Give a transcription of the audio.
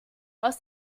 aus